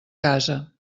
casa